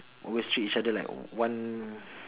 always treat each other like one